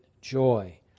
joy